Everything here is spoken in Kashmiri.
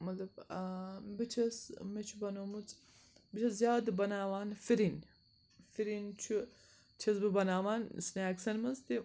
مطلب ٲں بہٕ چھَس مےٚ چھُ بَنٲومٕژ بہٕ چھَس زیادٕ بَناوان فِرِنۍ فِرِنۍ چھُ چھَس بہٕ بَناوان سنیکسَن منٛز تہِ